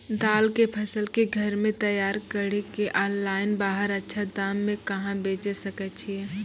दाल के फसल के घर मे तैयार कड़ी के ऑनलाइन बाहर अच्छा दाम मे कहाँ बेचे सकय छियै?